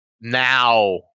now